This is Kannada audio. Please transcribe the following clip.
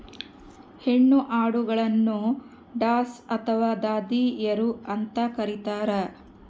ಹೆಣ್ಣು ಆಡುಗಳನ್ನು ಡಸ್ ಅಥವಾ ದಾದಿಯರು ಅಂತ ಕರೀತಾರ